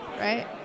right